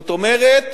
זאת אומרת,